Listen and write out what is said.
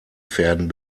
pferden